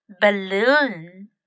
balloon